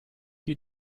you